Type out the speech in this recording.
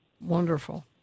wonderful